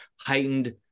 heightened